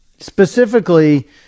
specifically